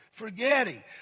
forgetting